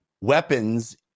weapons